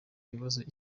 ibibazo